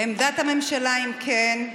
עמדת הממשלה, אם כן,